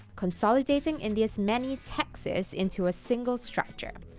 consolidating india's many taxes into a single structure.